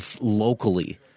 locally